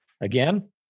again